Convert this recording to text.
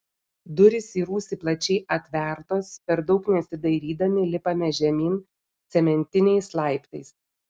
durys į rūsį plačiai atvertos per daug nesidairydami lipame žemyn cementiniais laiptais